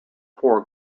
four